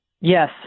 Yes